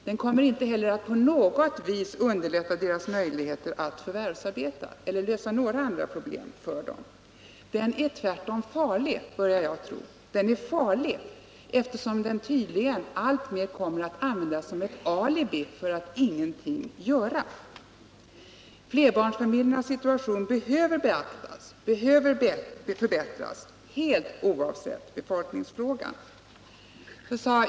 Den kommer inte heller att på något vis underlätta möjligheterna för båda föräldrarna att förvärvsarbeta, eller lösa några andra problem för dem. Den är tvärtom farlig, börjar jag tro. Den är farlig, eftersom den tydligen alltmer kommer att användas som ett alibi för att ingenting göra. Flerbarnsfamiljernas situation behöver beaktas och förbättras helt oavsett befolkningsfrågan.